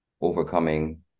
overcoming